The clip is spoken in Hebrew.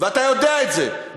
ואתה יודע את זה,